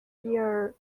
year